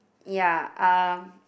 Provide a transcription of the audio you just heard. ya um